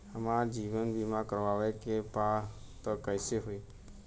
हमार जीवन बीमा करवावे के बा त कैसे होई?